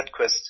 Edquist